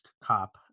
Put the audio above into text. cop